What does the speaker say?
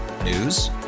news